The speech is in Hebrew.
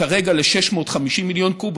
כרגע ל-650 מיליון קוב,